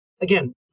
Again